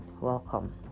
welcome